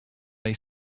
they